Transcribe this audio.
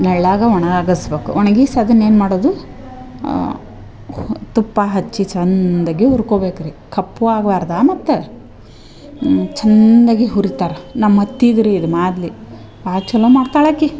ನೆರ್ಳಾಗ ಒಣ ಆಗಿಸಬೇಕು ಒಣಗಿಸಿ ಅದನ್ನ ಏನು ಮಾಡೋದು ಕು ತುಪ್ಪ ಹಚ್ಚಿ ಚಂದಗಿ ಹುರ್ಕೊಬೇಕು ರಿ ಕಪ್ಪು ಆಗ್ಬಾರ್ದು ಮತ್ತು ಚಂದಗಿ ಹುರಿತಾರೆ ನಮ್ಮ ಅತ್ತಿಗೆ ರೀ ಇದು ಮಾದ್ಲಿ ಭಾಳ್ ಚಲೋ ಮಾಡ್ತಾಳೆ ಆಕಿ